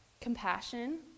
compassion